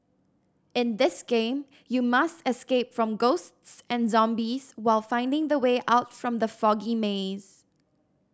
in this game you must escape from ghosts and zombies while finding the way out from the foggy maze